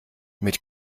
mit